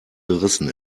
gerissen